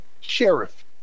sheriff